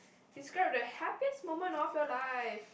describe the happiest moment of your life